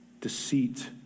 deceit